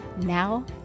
Now